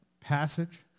passage